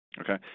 Okay